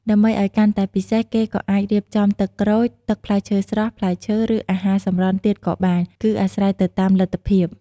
ដើម្បីឱ្យកាន់តែពិសេស គេក៏អាចរៀបចំ ទឹកក្រូច ទឹកផ្លែឈើស្រស់ ផ្លែឈើ ឬ អាហារសម្រន់ទៀតក៏បាន គឺអាស្រ័យទៅតាមលទ្ធភាព។